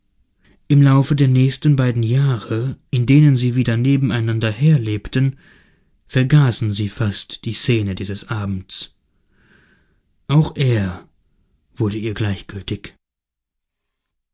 im laufe der nächsten beiden jahre in denen sie wieder nebeneinander herlebten vergaßen sie fast die szene dieses abends auch er wurde ihr gleichgültig